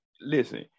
Listen